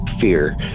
fear